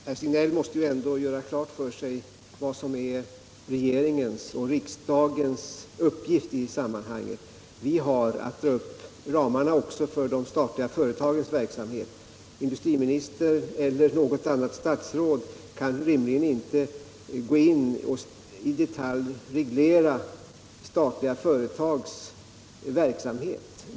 Herr talman! Sven-Gösta Signell måste ändå göra klart för sig vad som är regeringens och riksdagens uppgift i detta sammanhang. Vi har också att dra upp ramarna för de statliga företagens verksamhet. Industriministern eller något annat statsråd kan rimligen inte i detalj reglera statliga företags verksamhet.